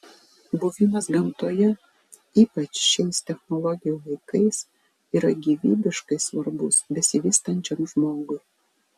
buvimas gamtoje ypač šiais technologijų laikais yra gyvybiškai svarbus besivystančiam žmogui